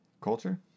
culture